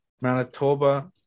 Manitoba